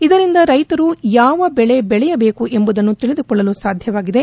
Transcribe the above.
ಇದರಿಂದ ರೈತರು ಯಾವ ಬೆಳೆ ಬೆಳೆಯಬೇಕು ಎಂಬುದನ್ನು ತಿಳಿದುಕೊಳ್ಳಲು ಸಾಧ್ಯವಾಗಿದೆ